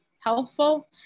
helpful